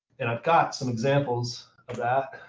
and i've got some examples of that.